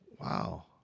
wow